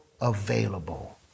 available